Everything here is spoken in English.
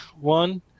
one